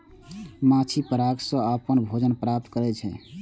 माछी पराग सं अपन भोजन प्राप्त करै छै